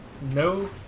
no